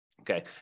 okay